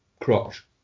crotch